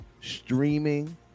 streaming